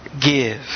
Give